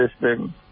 system